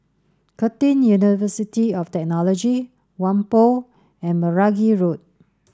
Curtin University of Technology Whampoa and Meragi Road